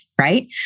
right